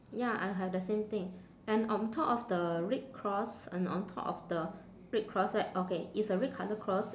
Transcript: ya I have the same thing and on top of the red cross and on top of the red cross right okay it's a red colour cross